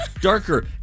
darker